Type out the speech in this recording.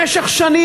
במשך שנים,